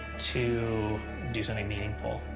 to do something meaningful.